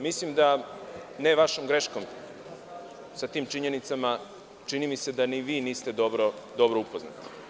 Mislim da, ne vašom greškom, sa tim činjenicama, čini mi se da ni vi niste dobro upoznati.